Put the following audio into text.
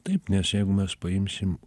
taip nes jeigu mes paimsim